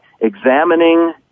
Examining